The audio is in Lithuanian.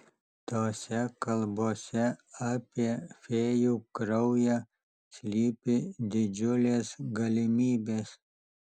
tose kalbose apie fėjų kraują slypi didžiulės galimybės